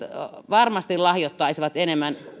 varmasti lahjoittaisivat enemmän